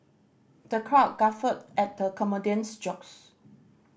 the crowd guffawed at the comedian's jokes